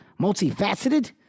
Multifaceted